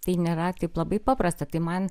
tai nėra taip labai paprasta tai man